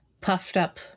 puffed-up